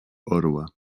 orła